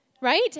right